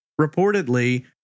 Reportedly